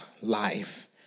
life